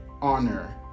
honor